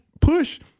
push